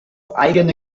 eigene